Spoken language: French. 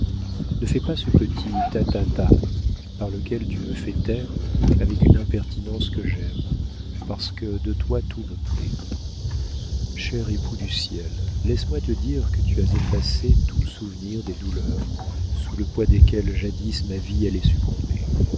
ne fais pas ce petit ta ta ta par lequel tu me fais taire avec une impertinence que j'aime parce que de toi tout me plaît cher époux du ciel laisse-moi te dire que tu as effacé tout souvenir des douleurs sous le poids desquelles jadis ma vie allait succomber